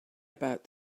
about